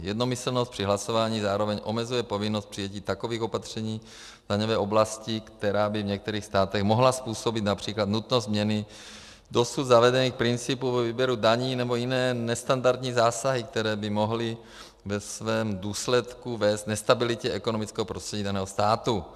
Jednomyslnost při hlasování zároveň omezuje povinnost přijetí takových opatření v daňové oblasti, která by v některých státech mohla způsobit například nutnost změny dosud zavedených principů ve výběru daní nebo jiné nestandardní zásahy, které by mohly ve svém důsledku vést k nestabilitě ekonomického prostředí daného státu.